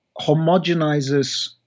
homogenizes